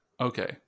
Okay